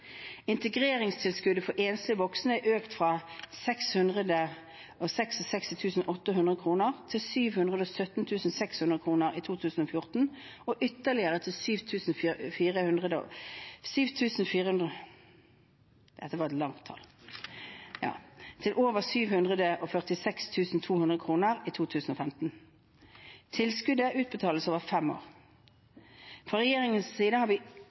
Integreringstilskuddet for enslige voksne er økt fra 666 800 kr til 717 600 kr i 2014 og ytterligere til 746 200 kr i 2015. Tilskuddet utbetales over fem år. Fra regjeringens side har vi